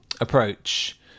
approach